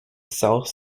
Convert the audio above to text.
south